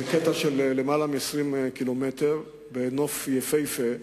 זה קטע של למעלה מ-20 ק"מ בנוף יפהפה,